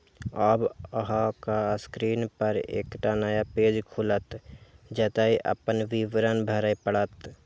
आब अहांक स्क्रीन पर एकटा नया पेज खुलत, जतय अपन विवरण भरय पड़त